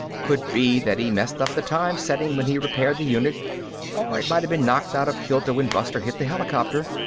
could be that he messed up the time setting when he repaired the unit or it might have been knocked out of kilter when buster hit the helicopter.